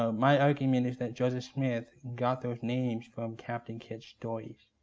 um my argument is that joseph smith got those names from captain kidd stories.